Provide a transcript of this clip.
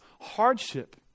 hardship